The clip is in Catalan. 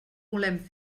volem